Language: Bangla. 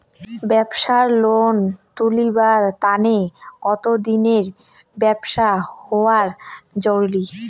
ব্যাবসার লোন তুলিবার তানে কতদিনের ব্যবসা হওয়া জরুরি?